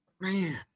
Man